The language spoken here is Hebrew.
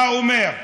מה הוא אומר?